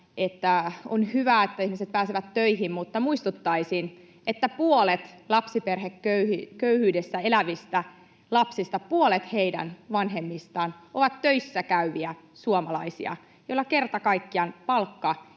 on hyvä, että ihmiset pääsevät töihin, mutta muistuttaisin, että puolet lapsiperheköyhyydessä elävien lasten vanhemmista on töissä käyviä suomalaisia, joilla kerta kaikkiaan palkka